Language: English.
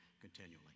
continually